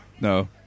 No